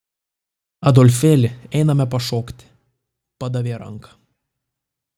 adolfėli einame pašokti padavė ranką